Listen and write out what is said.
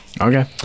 Okay